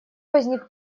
возник